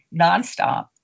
nonstop